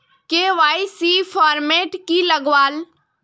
KYC format की लगावल?